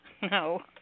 No